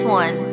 one